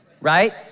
right